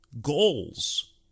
Goals